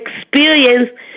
experience